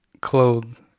clothed